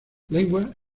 lengua